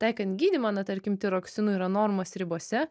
taikant gydymą na tarkim tiroksino yra normos ribose